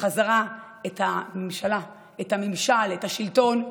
בחזרה את הממשלה, את הממשל, את השלטון,